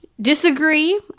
disagree